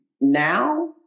now